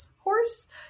horse